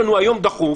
קראת לנו היום דחוף.